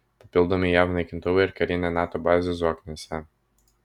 papildomi jav naikintuvai ir karinė nato bazė zokniuose